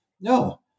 no